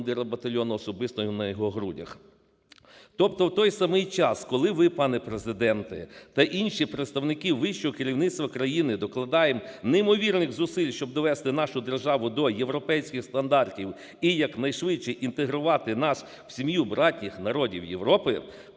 батальйону, особисто на його грудях. Тобто в той самий час, коли ви, пане Президенте, та інші представники вищого керівництва країни докладаємо неймовірних зусиль, щоб довести нашу державу до європейських стандартів і якнайшвидше інтегрувати нас у сім'ю братніх народів Європи,